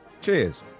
Cheers